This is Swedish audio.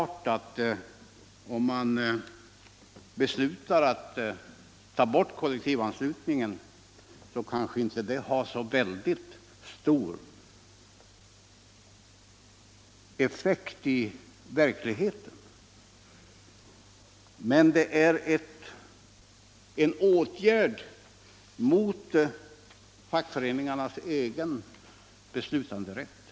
Ett beslut om att ta bort kollektivanslutningen har kanske inte så väldigt stor effekt i verkligheten, men det är en åtgärd riktad mot fackföreningarnas egen beslutanderätt.